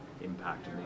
impact